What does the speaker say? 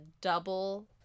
double